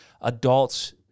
adults